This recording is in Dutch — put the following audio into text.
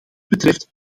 betreft